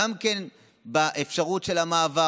גם על אפשרות של המעבר,